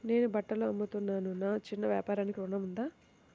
నేను బట్టలు అమ్ముతున్నాను, నా చిన్న వ్యాపారానికి ఋణం ఉందా?